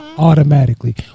Automatically